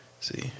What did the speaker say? See